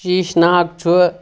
شیٖشناگ چھُ